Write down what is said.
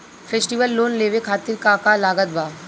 Festival loan लेवे खातिर का का लागत बा?